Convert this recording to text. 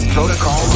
Protocol